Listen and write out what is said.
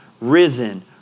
Risen